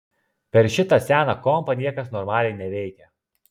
per šitą seną kompą niekas normaliai neveikia